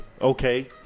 Okay